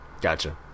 Gotcha